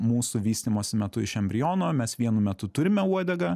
mūsų vystymosi metu iš embriono mes vienu metu turime uodegą